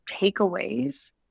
takeaways